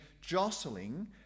jostling